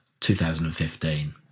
2015